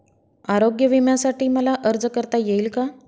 आरोग्य विम्यासाठी मला अर्ज करता येईल का?